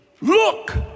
look